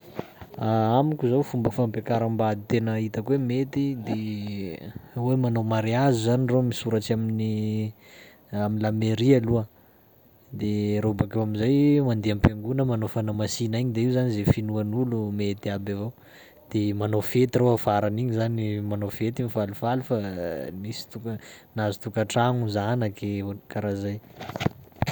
Amiko zao fomba fampiakaram-bady tena hitako hoe mety de hoe manao mariazy zany reo misoratsy amin'ny amy la mairie aloha, de rô bakeo am'zay mandeha am-piangona manao fanamasina agny de io zany zay finoan'olo mety aby avao, de manao fety reo afaran'igny zany, manao fety mifalifaly fa nisy toka- nahazo tokantragno, zanaky oha- karaha zay.